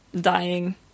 dying